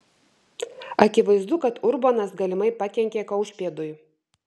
akivaizdu kad urbonas galimai pakenkė kaušpėdui